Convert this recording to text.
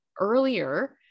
earlier